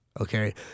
Okay